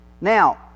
Now